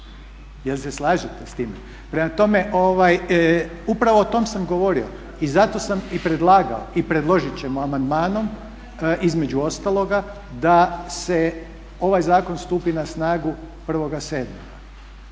jel se slažete s tim? Prema tome, upravo o tome sam govorio i zato sam i predlagao i predložiti ćemo amandmanom između ostaloga da se ovaj zakon stupi na snagu 1.7.